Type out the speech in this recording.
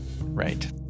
Right